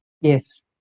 Yes